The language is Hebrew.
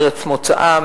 מארץ מוצאם,